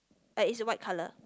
eh is white colour